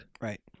Right